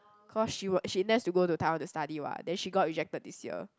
cause she wa~ she intends to go to Taiwan to study [what] then she got rejected this year